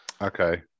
Okay